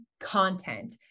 content